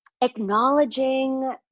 acknowledging